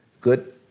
good